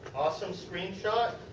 awesome screenshot.